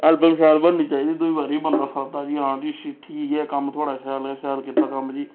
album शैल बननी चाहिदी दूई बारी बी बंदा सद्ददा जी हां जी सिठी इ'यै कम्म थुआढ़ा शैल गै शैल कीता कम्म जी